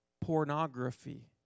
pornography